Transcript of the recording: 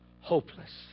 hopeless